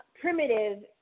primitive